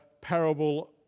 parable